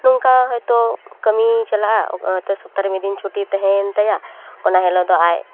ᱱᱚᱝᱠᱟ ᱦᱳᱭᱛᱳ ᱠᱟᱹᱢᱤᱭ ᱪᱟᱞᱟᱜᱼᱟ ᱥᱚᱯᱛᱟᱨᱮ ᱢᱤᱫ ᱫᱤᱱ ᱪᱷᱩᱴᱤ ᱛᱟᱦᱮᱭᱮᱱ ᱛᱭᱟ ᱚᱱᱟ ᱦᱤᱞᱳᱜ ᱫᱚ ᱟᱡ